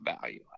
value